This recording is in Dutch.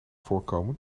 voorkomen